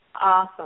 Awesome